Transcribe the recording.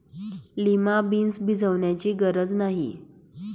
lima beans भिजवण्याची गरज नाही